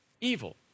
evil